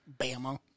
Bama